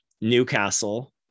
Newcastle